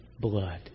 blood